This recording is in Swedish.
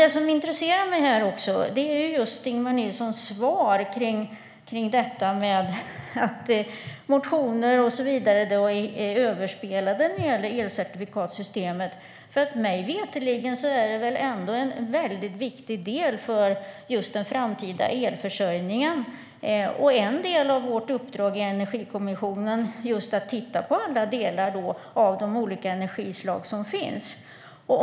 Det som intresserar mig här är Ingemar Nilssons svar när det gäller detta med att motioner är överspelade i fråga om elcertifikatssystemet. Mig veterligen är det nämligen en väldigt viktig del för den framtida elförsörjningen. En del av vårt uppdrag i Energikommissionen är just att titta på alla delar av de olika energislag som finns.